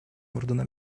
ордуна